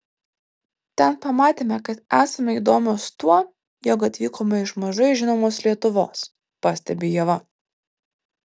ten pamatėme kad esame įdomios tuo jog atvykome iš mažai žinomos lietuvos pastebi ieva